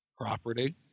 property